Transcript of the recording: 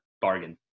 bargain